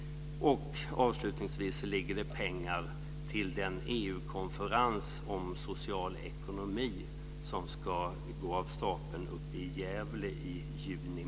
Avslutningsvis finns det pengar till den EU-konferens om social ekonomi som ska gå av stapeln i Gävle i juni.